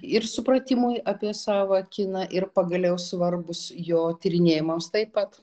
ir supratimui apie savą kiną ir pagaliau svarbūs jo tyrinėjimams taip pat